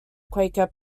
quaker